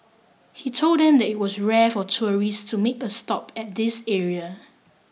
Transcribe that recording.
he told them that it was rare for tourists to make a stop at this area